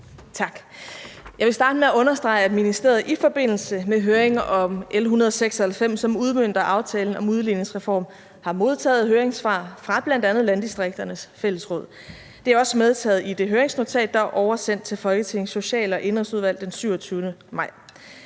Jeg vil starte med at understrege, at ministeriet i forbindelse med høring om L 196, som udmønter aftalen om udligningsreformen, har modtaget høringssvar fra bl.a. Landdistrikternes Fællesråd. Det er også medtaget i det høringsnotat, der er oversendt til Folketingets Social- og Indenrigsudvalg den 27. maj.